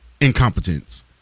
incompetence